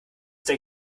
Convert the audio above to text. denn